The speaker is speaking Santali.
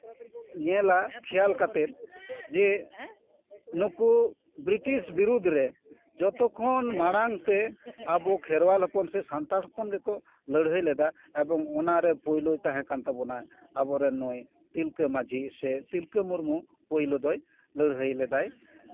ᱧᱮᱞᱟ ᱠᱷᱮᱭᱟᱞ ᱠᱟᱛᱮ ᱡᱮ ᱱᱩᱠᱩ ᱵᱨᱤᱴᱤᱥ ᱵᱤᱨᱩᱫᱽ ᱨᱮ ᱡᱚᱛᱚ ᱠᱷᱚᱱ ᱢᱟᱬᱟᱝ ᱛᱮ ᱟᱵᱚ ᱠᱷᱮᱨᱣᱟᱞ ᱦᱚᱯᱚᱱ ᱥᱮ ᱥᱟᱱᱛᱟᱲ ᱦᱚᱯᱚᱱ ᱜᱮᱠᱚ ᱞᱟᱹᱲᱦᱟᱹᱭ ᱞᱮᱫᱟ ᱮᱵᱚᱝ ᱚᱱᱟᱨᱮ ᱯᱳᱭᱞᱳ ᱛᱟᱦᱮᱸ ᱠᱟᱱ ᱛᱟᱵᱳᱱᱟ ᱟᱵᱚ ᱨᱮᱱ ᱱᱩᱭ ᱛᱤᱞᱠᱟᱹ ᱢᱟᱺᱡᱷᱤ ᱥᱮ ᱛᱤᱞᱠᱟᱹ ᱢᱩᱨᱢᱩ ᱯᱳᱭᱞᱳ ᱫᱚᱭ ᱞᱟᱹᱲᱦᱟᱹᱭ ᱞᱮᱫᱟᱭ